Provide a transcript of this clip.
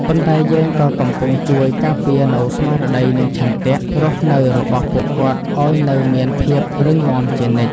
ប៉ុន្តែយើងក៏កំពុងជួយការពារនូវស្មារតី និងឆន្ទៈរស់នៅរបស់ពួកគាត់ឱ្យនៅមានភាពរឹងមាំជានិច្ច។